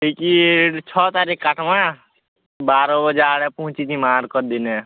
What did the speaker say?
ticket ଛଅ ତାରିଖ୍ କାଟମା ବାର୍ ବଜା ଆଡ଼େ ପହଞ୍ଚି ଜିମା ଆର୍ କ ଦିନେ